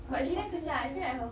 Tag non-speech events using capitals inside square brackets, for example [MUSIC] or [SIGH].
[NOISE]